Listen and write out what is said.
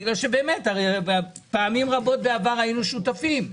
בגלל שפעמים רבות בעבר היינו שותפים.